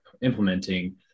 implementing